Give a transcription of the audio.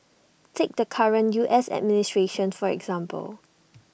take the current U S administration for example